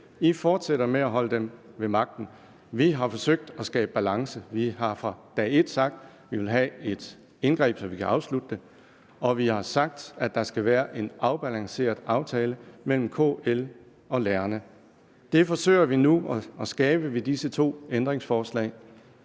fortsætter med at holde den ved magten. Vi har forsøgt at skabe balance. Vi har fra dag et sagt, at vi vil have et indgreb, så det kan afsluttes, og vi har sagt, at der skal være en afbalanceret aftale mellem KL og lærerne. Det forsøger vi nu at skabe med disse to ændringsforslag.